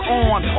on